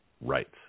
rights